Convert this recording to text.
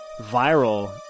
viral